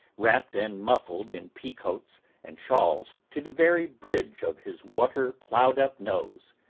wrapped and muffled in pea-coats and shawls to the very bridge of his weather-ploughed-up nose,